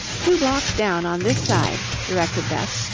two blocks down on this side, directed beth.